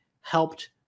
helped